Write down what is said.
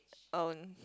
own